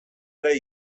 ere